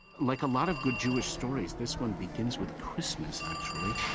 like a lot of good jewish stories, this one begins with christmas, actually,